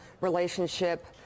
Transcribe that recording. relationship